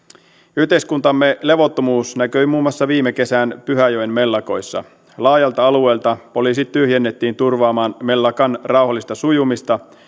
yhteiskuntamme levottomuus näkyi muun muassa viime kesän pyhäjoen mellakoissa laajalta alueelta poliisit tyhjennettiin turvaamaan mellakan rauhallista sujumista